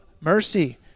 mercy